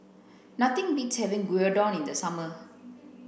nothing beats having Gyudon in the summer